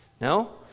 No